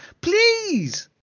please